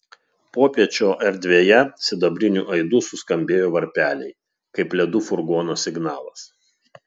popiečio erdvėje sidabriniu aidu suskambėjo varpeliai kaip ledų furgono signalas